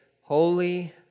holy